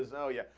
so oh yeah.